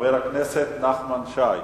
חבר הכנסת נחמן שי,